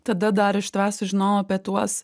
tada dar iš tavęs sužinojau apie tuos